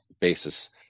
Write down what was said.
basis